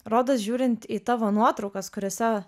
rodos žiūrint į tavo nuotraukas kuriose